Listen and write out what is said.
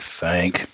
thank